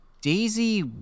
Daisy